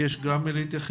שביקש גם הוא להתייחס.